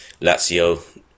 Lazio